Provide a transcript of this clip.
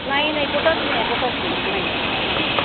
नाही नाही कुठंच नाही आहे कुठंच नाही नाही आहे हां